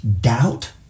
Doubt